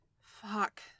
Fuck